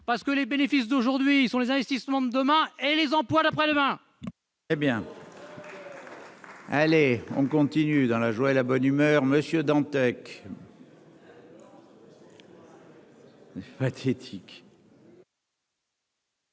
parce que les bénéfices d'aujourd'hui sont les investissements de demain et les emplois d'après-demain, hé bien. Allez on continue dans la joie et la bonne humeur Monsieur Dantec. Lors de cette